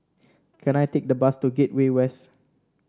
can I take the bus to Gateway West